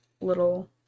little